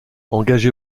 engagé